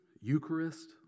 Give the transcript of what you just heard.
Eucharist